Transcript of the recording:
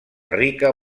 rica